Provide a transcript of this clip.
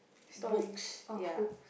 stories orh books